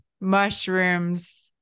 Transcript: mushrooms